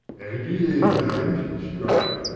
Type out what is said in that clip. ad you there, james, straight.